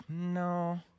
no